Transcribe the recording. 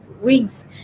wings